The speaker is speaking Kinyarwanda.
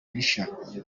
rishya